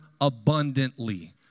abundantly